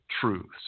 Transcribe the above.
truths